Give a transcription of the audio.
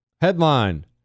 Headline